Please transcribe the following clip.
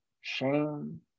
Shame